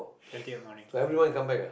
twentieth morning